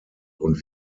und